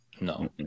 no